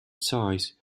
size